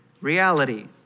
reality